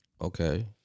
Okay